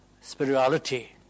spirituality